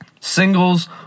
singles